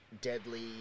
deadly